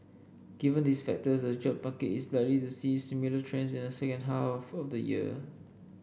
given these factors the job market is likely to see similar trends in the second half of the year